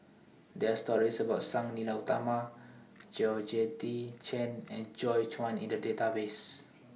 There Are stories about Sang Nila Utama Georgette Chen and Joi Chua in The Database